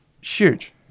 huge